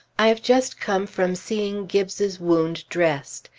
i have just come from seeing gibbes's wound dressed.